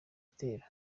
gitero